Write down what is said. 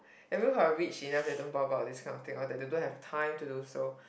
there are people who are rich enough that don't talk about this kind of thing or they don't have time to do so